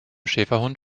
schäferhund